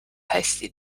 hästi